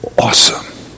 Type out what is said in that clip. Awesome